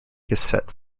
cassette